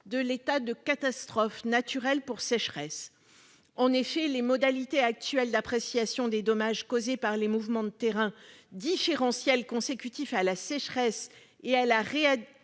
de l'état de catastrophe naturelle pour sécheresse. Les modalités actuelles d'appréciation des dommages causés par les mouvements de terrain différentiels consécutifs à la sécheresse et à la réhydratation